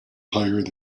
hired